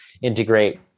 integrate